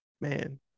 man